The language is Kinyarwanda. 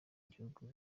igihugu